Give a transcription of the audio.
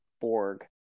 Borg